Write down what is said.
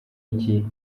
ikihe